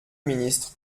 ministre